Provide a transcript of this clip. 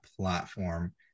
platform